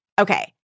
Okay